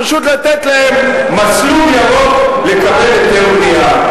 פשוט לתת להן מסלול ירוק לקבל היתר בנייה.